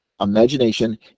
imagination